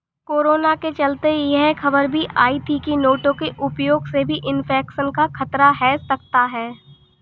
corona के चलते यह खबर भी आई थी की नोटों के उपयोग से भी इन्फेक्शन का खतरा है सकता है